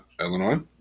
Illinois